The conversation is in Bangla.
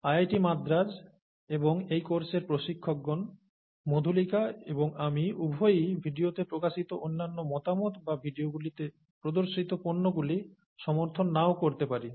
আইআইটি মাদ্রাজ এবং এই কোর্সের প্রশিক্ষকগণ মাধুলিকা এবং আমি উভয়ই ভিডিওতে প্রকাশিত অন্যান্য মতামত বা ভিডিওগুলিতে প্রদর্শিত পণ্যগুলি সমর্থন নাও করতে পারি